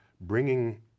bringing